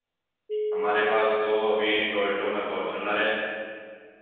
हमारे पास तो अभी टोयटो में फॉरचूनर है